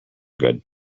good